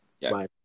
Yes